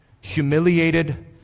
humiliated